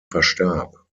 verstarb